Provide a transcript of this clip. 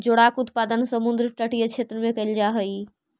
जोडाक उत्पादन समुद्र तटीय क्षेत्र में कैल जा हइ